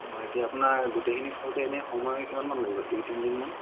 অঁ এতিয়া আপোনাৰ গোটেইখিনি ফুৰোঁতে আপোনাৰ সময় কিমানমান লাগিব দুই তিনিদিনমান